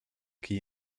key